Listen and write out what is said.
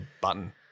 button